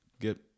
get